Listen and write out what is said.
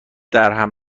درهم